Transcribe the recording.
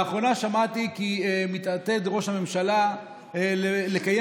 לאחרונה שמעתי כי ראש הממשלה מתעתד לקיים